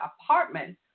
apartment